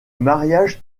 mariage